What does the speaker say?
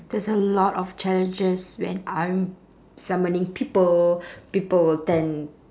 there's a lot of challenges when I'm samaning people people will tend